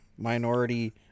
minority